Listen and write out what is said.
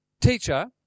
teacher